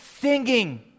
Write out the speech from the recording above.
singing